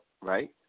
right